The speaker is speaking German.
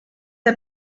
der